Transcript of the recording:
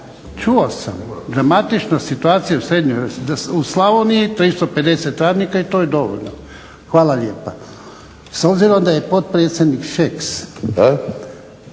čuo sam dramatična situacija u Slavoniji, 350 radnika i to je dovoljno, hvala lijepa. S obzirom da je potpredsjednik Šeks